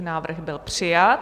Návrh byl přijat.